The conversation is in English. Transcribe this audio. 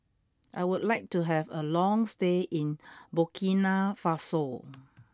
I would like to have a long stay in Burkina Faso